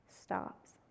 stops